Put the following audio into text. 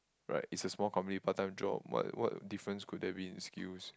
right it's a small company part time job but what difference could there be in skills